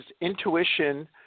Intuition